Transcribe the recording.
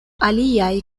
aliaj